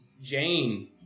Jane